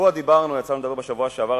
יצא לנו לדבר בשבוע שעבר,